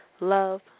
Love